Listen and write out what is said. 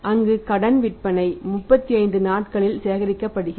அங்கு கடன் விற்பனை 35 நாட்களில் சேகரிக்கப்படுகிறது